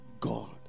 God